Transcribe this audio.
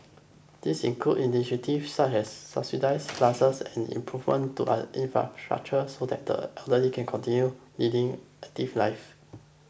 this includes initiatives such as subsidised classes and improvements to infrastructure so that the elderly can continue leading active lives